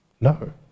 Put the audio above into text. No